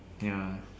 ya